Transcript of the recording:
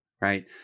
right